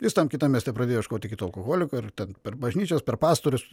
jis tam kitam mieste pradėjo ieškoti kito alkoholiko ir tad per bažnyčias per pastorius